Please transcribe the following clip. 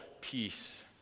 peace